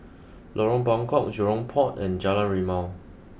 Lorong Buangkok Jurong Port and Jalan Rimau